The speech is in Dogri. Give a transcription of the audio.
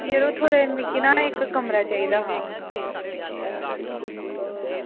यरो थुआढ़े ना मिगी इक्क कमरा चाहिदा हा